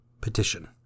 Petition